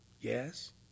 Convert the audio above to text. yes